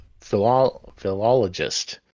philologist